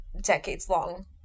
decades-long